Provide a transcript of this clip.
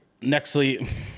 Nextly